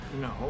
No